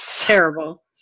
terrible